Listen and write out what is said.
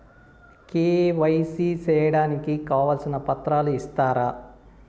KYC సేయడానికి కావాల్సిన పత్రాలు ఇస్తారా?